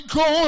go